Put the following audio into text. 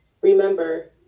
Remember